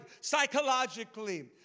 psychologically